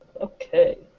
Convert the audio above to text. Okay